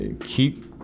keep